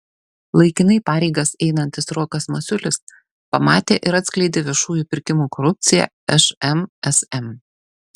laikinai pareigas einantis rokas masiulis pamatė ir atskleidė viešųjų pirkimų korupciją šmsm